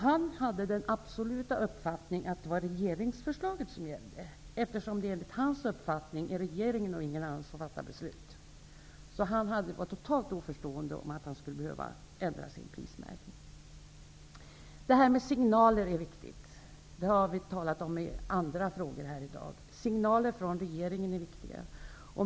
Han hade den absoluta uppfattningen att det var regeringsförslaget som gällde, eftersom det enligt hans uppfattning är regeringen och ingen annan som fattar beslut. Han var helt oförstående till att han skulle behöva ändra sin prismärkning. Att det är viktigt med signaler har vi talat om i andra frågor här i dag. Signaler från regeringen är viktiga.